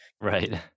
right